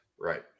Right